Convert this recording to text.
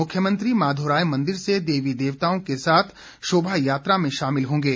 मुख्यमंत्री माधोराय मंदिर से देवी देवताओं के साथ शोभा यात्रा में शामिल होंगे